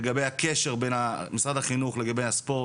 לגבי הקשר של משרד החינוך לספורט.